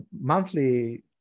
monthly